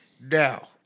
now